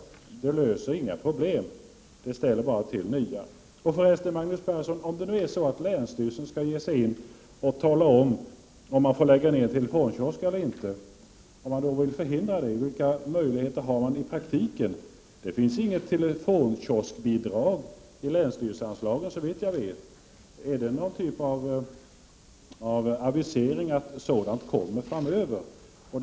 Men den ordningen löser inga problem utan skapar bara nya. Om det nu är så, Magnus Persson, att länsstyrelsen skall tala om huruvida man får lägga ned en telefonkiosk eller inte och man vill förhindra en nedläggning, vilka möjligheter har man i praktiken? Det finns, såvitt jag vet, inget telefonkiosksbidrag i länsstyrelseanslagen. Har vi här någon sorts avisering om att ett sådant kommer framdeles?